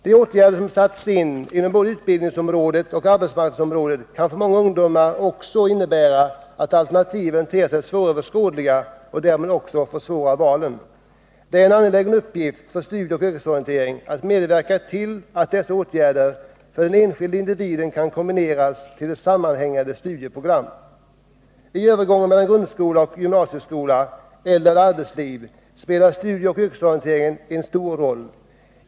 De åtgärder som satts in inom både utbildningsområdet och arbetsmarknadsområdet kan för många ungdomar också innebära att alternativen ter sig svåröverskådliga och därmed försvårar valen. Det är en angelägen uppgift för studieoch yrkesorientering att medverka till att dessa åtgärder för den enskilda individen kan kombineras till ett sammanhängande studieprogram. I övergången mellan grundskola och gymnasieskola eller arbetsliv spelar studieoch yrkesorienteringen en stor roll.